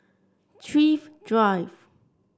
Thrift Drive